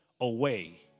away